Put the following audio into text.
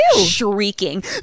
shrieking